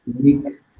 unique